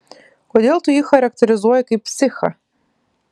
kodėl tu jį charakterizuoji kaip psichą